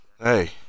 Hey